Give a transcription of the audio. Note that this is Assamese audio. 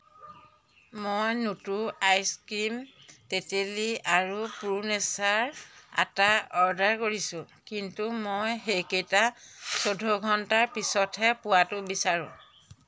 মই নোটো আইচক্ৰীম তেতেলী আৰু প্ৰো নেচাৰ আটা অৰ্ডাৰ কৰিছোঁ কিন্তু মই সেইকেইটা চৈধ্য ঘণ্টাৰ পিছতহে পোৱাটো বিচাৰোঁ